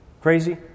crazy